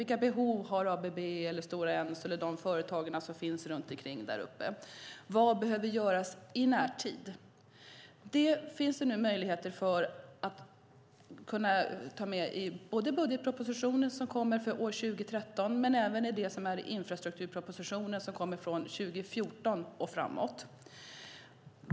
Vilka behov har ABB, Stora Enso eller företagen runt omkring där uppe? Vad behöver göras i närtid? Nu finns det möjligheter att ta med det både i budgetpropositionen för år 2013 och i infrastrukturpropositionen - från år 2014 och framåt.